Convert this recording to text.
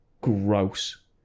gross